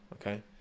Okay